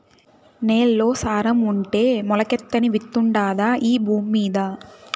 నేల్లో సారం ఉంటే మొలకెత్తని విత్తుండాదా ఈ భూమ్మీద